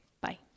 Bye